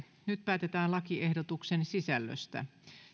nyt päätetään lakiehdotuksen sisällöstä